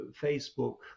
Facebook